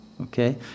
okay